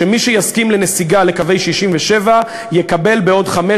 שמי שיסכים לנסיגה לקווי 67' יקבל בעוד חמש